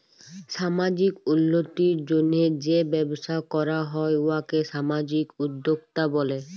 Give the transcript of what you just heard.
সামাজিক উল্লতির জ্যনহে যে ব্যবসা ক্যরা হ্যয় উয়াকে সামাজিক উদ্যোক্তা ব্যলে